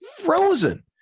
frozen